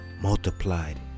multiplied